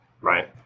Right